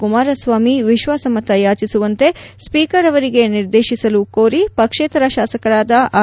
ಕುಮಾರಸ್ವಾಮಿ ವಿಶ್ವಾಸಮತ ಯಾಚಿಸುವಂತೆ ಸ್ವೀಕರ್ ಅವರಿಗೆ ನಿರ್ದೇತಿಸಲು ಕೋರಿ ಪಕ್ಷೇತರ ಶಾಸಕರಾದ ಆರ್